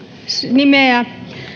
nimeä